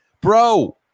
bro